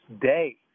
day